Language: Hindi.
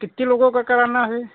कितने लोगों का कराना है